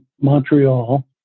Montreal